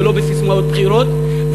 ולא בססמאות בחירות,